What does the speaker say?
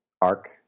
arc